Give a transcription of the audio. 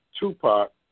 Tupac